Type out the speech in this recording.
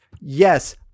Yes